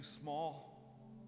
small